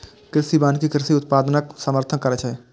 कृषि वानिकी कृषि उत्पादनक समर्थन करै छै